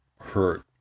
hurt